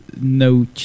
No